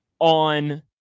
on